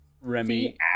Remy